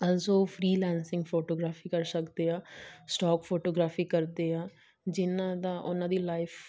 as ਉਹ freelancing photography ਕਰ ਸਕਦੇ ਆ ਸਟੋਕ ਫੋਟੋਗ੍ਰਾਫੀ ਕਰਦੇ ਆ ਜਿਹਨਾਂ ਦਾ ਉਹਨਾਂ ਦੀ ਲਾਈਫ